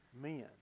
men